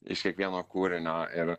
iš kiekvieno kūrinio ir